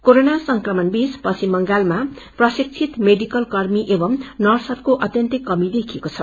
corona संक्रमणबीच बमा प्रशिक्षित मेडिकल कर्मी एवम् नर्सहरूको अत्यन्तै कमी देखिएको छ